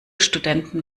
studenten